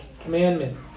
commandment